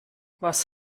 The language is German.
was